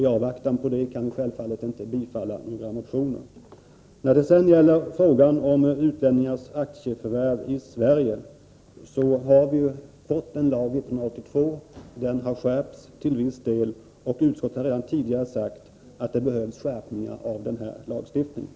I avvaktan på detta kan vi självfallet inte bifalla någon motion. När det sedan gäller frågan om utlänningars aktieförvärv i Sverige har vi ju fått en lag 1982. Den har skärpts till viss del. Utskottet har redan tidigare sagt att det behövs ytterligare skärpning av denna lag.